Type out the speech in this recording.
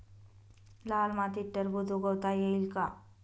लाल मातीत टरबूज उगवता येईल का?